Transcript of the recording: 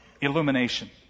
Illumination